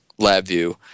LabVIEW